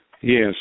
Yes